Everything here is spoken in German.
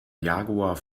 jaguar